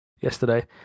yesterday